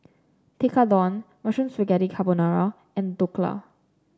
Tekkadon Mushroom Spaghetti Carbonara and Dhokla